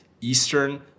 Eastern